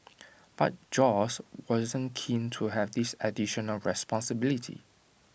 but Josh wasn't keen to have this additional responsibility